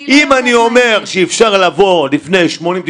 אני אומר שאם אפשר לבוא לפני 90-80,